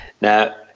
Now